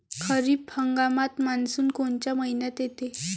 खरीप हंगामात मान्सून कोनच्या मइन्यात येते?